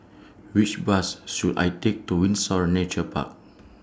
Which Bus should I Take to Windsor Nature Park